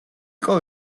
იყო